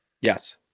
Yes